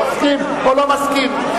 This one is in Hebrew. אתה מסכים או לא מסכים?